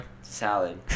salad